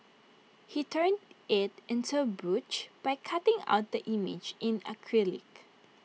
he turned IT into A brooch by cutting out the image in acrylic